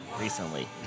recently